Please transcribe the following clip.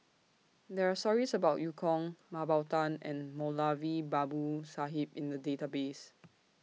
There Are stories about EU Kong Mah Bow Tan and Moulavi Babu Sahib in The Database